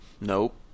Nope